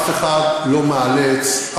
אף אחד לא מאלץ,